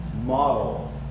model